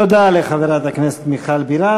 תודה לחברת הכנסת מיכל בירן.